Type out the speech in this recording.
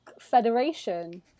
federation